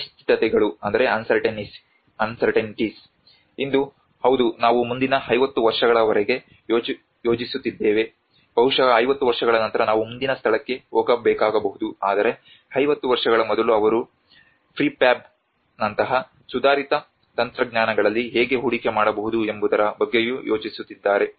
ಅನಿಶ್ಚಿತತೆಗಳು ಇಂದು ಹೌದು ನಾವು ಮುಂದಿನ 50 ವರ್ಷಗಳವರೆಗೆ ಯೋಜಿಸುತ್ತಿದ್ದೇವೆ ಬಹುಶಃ 50 ವರ್ಷಗಳ ನಂತರ ನಾವು ಮುಂದಿನ ಸ್ಥಳಕ್ಕೆ ಹೋಗಬೇಕಾಗಬಹುದು ಆದರೆ 50 ವರ್ಷಗಳ ಮೊದಲು ಅವರು ಪ್ರಿಫ್ಯಾಬ್ನಂತಹ ಸುಧಾರಿತ ತಂತ್ರಜ್ಞಾನಗಳಲ್ಲಿ ಹೇಗೆ ಹೂಡಿಕೆ ಮಾಡಬಹುದು ಎಂಬುದರ ಬಗ್ಗೆಯೂ ಯೋಚಿಸುತ್ತಿದ್ದಾರೆ